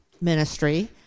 ministry